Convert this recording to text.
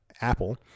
apple